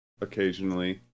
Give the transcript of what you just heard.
Occasionally